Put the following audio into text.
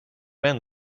vän